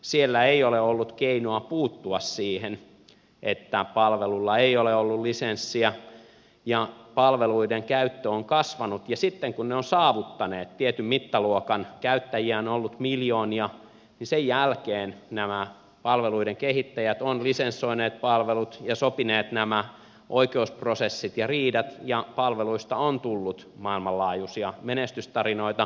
siellä ei ole ollut keinoa puuttua siihen että palvelulla ei ole ollut lisenssiä ja palveluiden käyttö on kasvanut ja sitten kun ne ovat saavuttaneet tietyn mittaluokan käyttäjiä on ollut miljoonia niin sen jälkeen nämä palveluiden kehittäjät ovat lisensoineet palvelut ja sopineet nämä oikeusprosessit ja riidat ja palveluista on tullut maailmanlaajuisia menestystarinoita